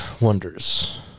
wonders